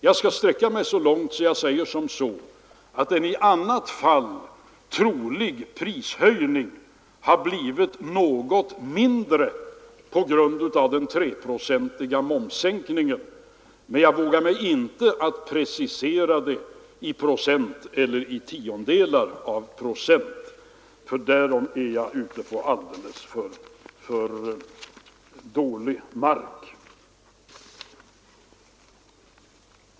Jag skall sträcka mig så långt att jag säger att en i annat fall trolig prishöjning har blivit något mindre på grund av den treprocentiga momssänkningen. Men jag vågar mig inte på att precisera resultatet i procent eller i tiondelar av procent. För det har jag alldeles för svagt underlag.